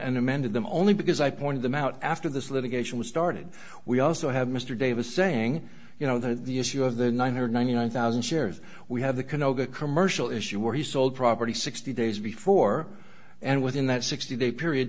and amended them only because i pointed them out after this litigation was started we also have mr davis saying you know the issue of the nine hundred ninety nine thousand shares we have the canoga commercial issue where he sold property sixty days before and within that sixty day period